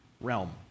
realm